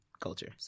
culture